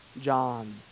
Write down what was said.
john